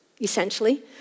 essentially